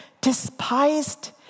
despised